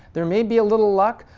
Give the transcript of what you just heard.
there may be a little luck,